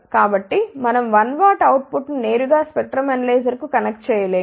కాబట్టి మనం 1 W అవుట్పుట్ను నేరుగా స్పెక్ట్రం అనలైజర్కు కనెక్ట్ చేయలేము